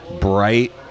bright